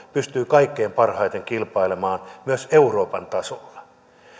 pystyy kaikkein parhaiten kilpailemaan myös euroopan tasolla